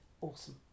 Awesome